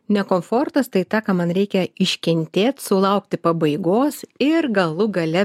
ne komfortas tai tą ką man reikia iškentėt sulaukti pabaigos ir galų gale